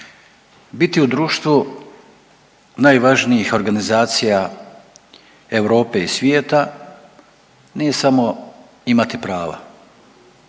Biti u društvu najvažnijih organizacija Europe i svijeta nije samo imati prava,